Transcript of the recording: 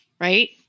Right